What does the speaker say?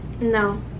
No